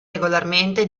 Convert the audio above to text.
regolarmente